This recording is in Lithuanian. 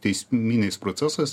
teisminiais procesais